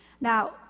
Now